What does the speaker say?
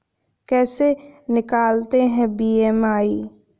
कैसे निकालते हैं बी.एम.आई?